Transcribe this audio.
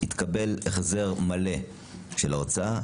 יתקבל החזר מלא של ההוצאה.